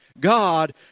God